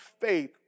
faith